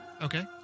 Okay